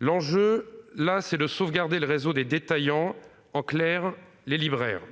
L'enjeu est de sauvegarder le réseau des détaillants, en d'autres termes les libraires.